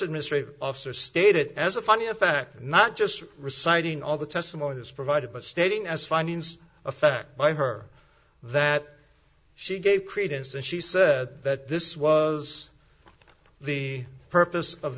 administrative officer stated it as a funny effect not just reciting all the testimonies provided but stating as findings of fact by her that she gave credence and she said that this was the purpose of